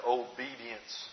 obedience